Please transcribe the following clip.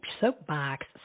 soapbox